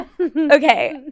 Okay